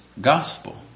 gospel